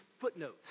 footnotes